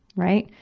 right,